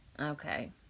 Okay